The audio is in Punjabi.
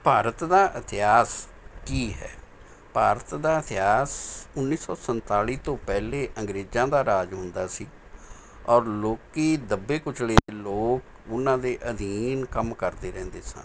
ਭਾਰਤ ਦਾ ਇਤਿਹਾਸ ਕੀ ਹੈ ਭਾਰਤ ਦਾ ਇਤਿਹਾਸ ਉੱਨੀ ਸੌ ਸੰਤਾਲੀ ਤੋਂ ਪਹਿਲੇ ਅੰਗਰੇਜ਼ਾਂ ਦਾ ਰਾਜ ਹੁੰਦਾ ਸੀ ਔਰ ਲੋਕੀ ਦੱਬੇ ਕੁੱਚਲੇ ਲੋਕ ਉਹਨਾਂ ਦੇ ਅਧੀਨ ਕੰਮ ਕਰਦੇ ਰਹਿੰਦੇ ਸਨ